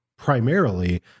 primarily